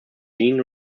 jean